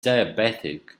diabetic